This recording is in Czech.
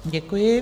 Děkuji.